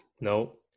no